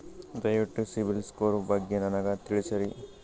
ದಯವಿಟ್ಟು ಸಿಬಿಲ್ ಸ್ಕೋರ್ ಬಗ್ಗೆ ನನಗ ತಿಳಸರಿ?